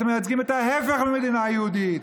אתם מייצגים את ההפך ממדינה יהודית.